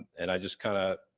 and i just kinda,